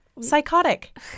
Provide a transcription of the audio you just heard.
psychotic